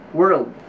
world